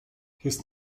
his